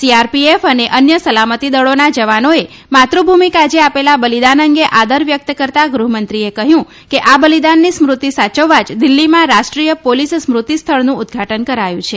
CRPF અન્ય સલામતી દળોના જવાનોએ માતૃભૂમિ કાજે આપેલા બલિદાન અંગે આદર વ્યકત કરતાં ગૃહમંત્રીએ કહયું કે આ બલિદાનની સ્મૃતિ સાચવવા જ દિલ્હીમાં રાષ્ટ્રીય પોલીસ સ્મૃતિ સ્થળનું ઉદઘાટન કરાયું છે